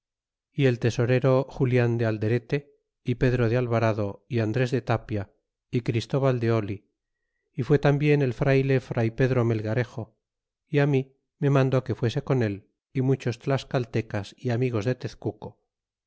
y el tesorero julian de alderete y pedro de al varado y andres de tapia y christoval de oli y frió tambien el frayle fray pedro melgarejo y mí me mandó que fuese con él y muchos tlascaltecas y amigos de tezcuco